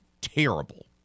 terrible